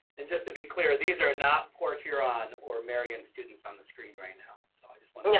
and just to be clear, these are not poor here on or marion students on the screen right now. so i just want yeah